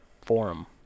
forum